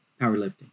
powerlifting